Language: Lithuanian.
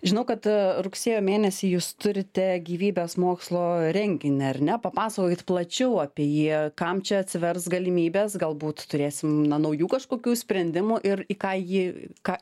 žinau kad rugsėjo mėnesį jūs turite gyvybės mokslo renginį ar ne papasakokit plačiau apie jį kam čia atsivers galimybės galbūt turėsim na naujų kažkokių sprendimų ir į ką ji ką